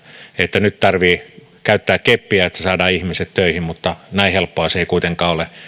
että nyt tarvitsee käyttää keppiä jotta saadaan ihmiset töihin mutta näin helppoa se ei kuitenkaan ole